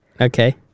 Okay